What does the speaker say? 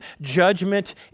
judgment